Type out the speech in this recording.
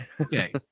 okay